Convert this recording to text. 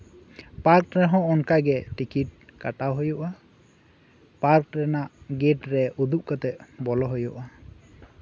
park ᱨᱮᱦᱚᱸ ᱚᱱᱠᱟᱜᱮ ticket ᱠᱟᱴᱟᱣ ᱦᱩᱭᱩᱜᱼᱟ ᱯᱟᱨᱠ ᱨᱮᱱᱟᱜ ᱜᱮᱴ ᱨᱮ ᱩᱫᱩᱜ ᱠᱟᱛᱮ ᱵᱚᱞᱚ ᱦᱩᱭᱩᱜᱼᱟ